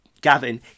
gavin